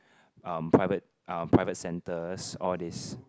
um private um private centres all this